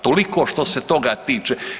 Toliko što se toga tiče.